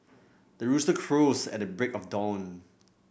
the rooster crows at the break of dawn